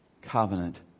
covenant